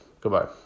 Goodbye